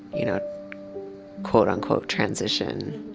you know quote unquote transition,